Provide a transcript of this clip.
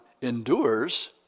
endures